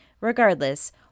Regardless